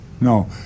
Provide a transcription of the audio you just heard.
No